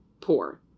poor